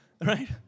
right